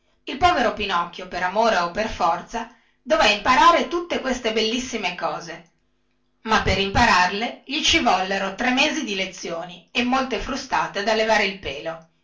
il povero pinocchio per amore o per forza dové imparare tutte queste bellissime cose ma per impararle gli ci vollero tre mesi di lezioni e molte frustate da levare il pelo